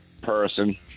person